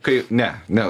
kai ne ne